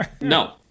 No